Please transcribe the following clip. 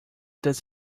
does